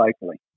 locally